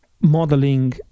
modeling